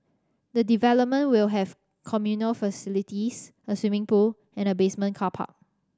the development will have communal facilities a swimming pool and a basement car park